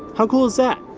how cool is that?